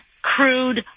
crude